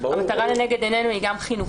המטרה היא גם חינוכית,